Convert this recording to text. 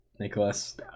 Nicholas